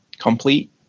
complete